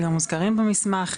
שגם מוזכרים במסמך,